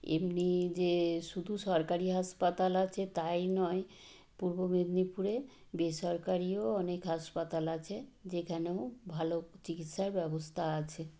এমনিই যে শুধু সরকারি হাসপাতাল আছে তাই নয় পূর্ব মেদিনীপুরে বেসরকারিও অনেক হাসপাতাল আছে যেখানেও ভালো চিকিৎসার ব্যবস্থা আছে